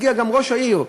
הגיע גם ראש העיר,